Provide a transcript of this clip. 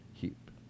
keep